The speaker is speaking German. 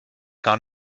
gar